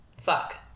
fuck